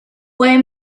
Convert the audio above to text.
fue